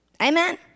Amen